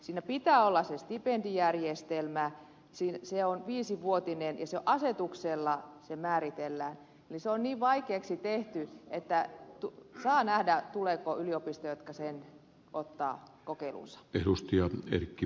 siinä pitää olla stipendijärjestelmä se on viisivuotinen ja se määritellään asetuksella eli se on niin vaikeaksi tehty että saa nähdä tuleeko yliopistoja jotka sen ottavat kokeiluunsa